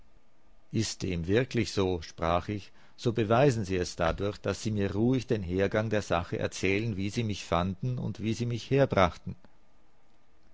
ist dem wirklich so sprach ich so beweisen sie es dadurch daß sie mir ruhig den hergang der sache erzählen wie sie mich fanden und wie sie mich